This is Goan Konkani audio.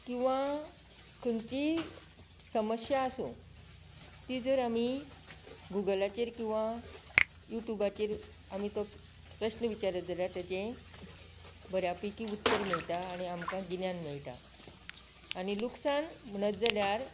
किंवां खंयची समस्या आसूं ती जर आमी गुगलाचेर किंवां युट्युबाचेर आमी तो प्रस्न विचारत जाल्यार तेचे बऱ्या पैकी उत्तर मेळटा आनी आमकां गिन्यान मेळटा आनी लुकसाण म्हणत जाल्यार